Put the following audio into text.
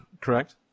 correct